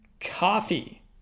coffee